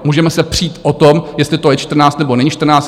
Můžeme se přít o tom, jestli to je 14, nebo není 14.